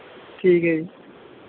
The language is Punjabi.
ਠੀਕ ਹੈ ਜੀ